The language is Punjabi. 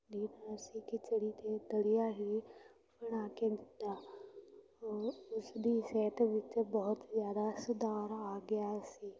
ਦਿਨ ਅਸੀਂ ਖਿਚੜੀ ਅਤੇ ਦਲੀਆ ਹੀ ਬਣਾ ਕੇ ਦਿੱਤਾ ਉਹ ਉਸਦੀ ਸਿਹਤ ਵਿਚ ਬਹੁਤ ਜ਼ਿਆਦਾ ਸੁਧਾਰ ਆ ਗਿਆ ਸੀ